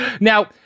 Now